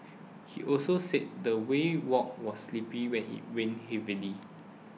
he also said the way walk was sleepy when it rained heavily